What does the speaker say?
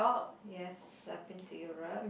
yes I've been to Europe